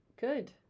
Good